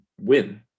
win